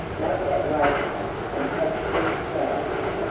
make that waistcoat and patch these trousers,